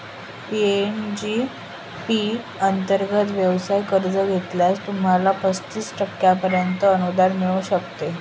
PMEG P अंतर्गत व्यवसाय कर्ज घेतल्यास, तुम्हाला पस्तीस टक्क्यांपर्यंत अनुदान मिळू शकते